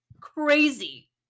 crazy